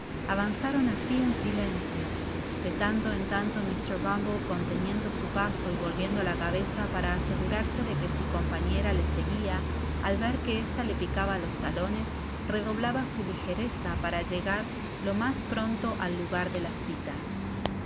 avanzaron asi en silencio de tanto en tanto mr bumble conteniendo su paso y volviendo la cabeza para asegurarse de que su compañera le seguia al ver que esta le picaba los talones redoblaba su ligereza para llegar lo mas pronto al lugar de la cita este